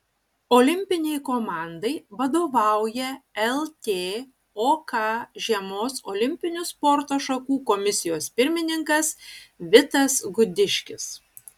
olimpinei komandai vadovauja ltok žiemos olimpinių sporto šakų komisijos pirmininkas vitas gudiškis